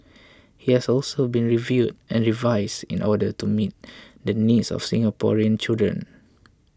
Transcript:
it has also been reviewed and revised in order to meet the needs of Singaporean children